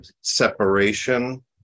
separation